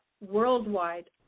worldwide